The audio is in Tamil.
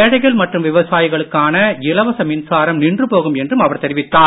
ஏழைகள் மற்றும் விவசாயிகளுக்கான இலவச மின்சாரம் நின்று போகும் என்றும் அவர் தெரிவித்தார்